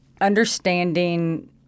understanding